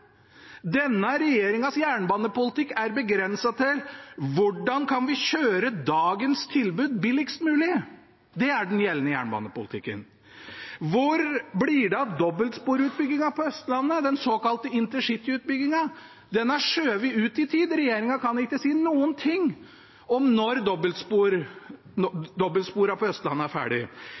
Denne regjeringens jernbanepolitikk er begrenset til: Hvordan kan vi kjøre dagens tilbud billigst mulig? Det er den gjeldende jernbanepolitikken. Hvor blir det av dobbeltsporutbyggingen på Østlandet, den såkalte intercityutbyggingen? Den er skjøvet ut i tid; regjeringen kan ikke si noe om når dobbeltsporene på Østlandet er ferdig,